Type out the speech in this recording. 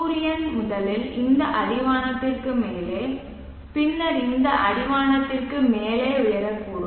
சூரியன் முதலில் இந்த அடிவானத்திற்கு மேலே பின்னர் இந்த அடிவானத்திற்கு மேலே உயரக்கூடும்